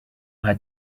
had